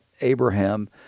abraham